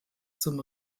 zum